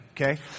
Okay